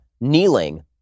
kneeling